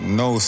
no